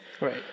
Right